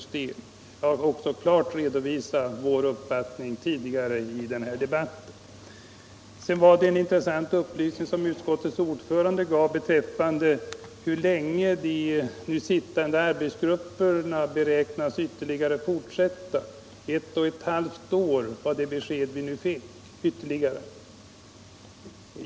Jag har också klart redovisat vår uppfattning tidigare i debatten. Sedan lämnade utskottets ordförande en intressant upplysning om hur länge de nu sittande arbetsgrupperna beräknas fortsätta ytterligare. Ett och ett halvt år var det besked som vi fick.